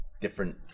different